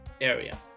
area